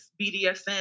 BDSM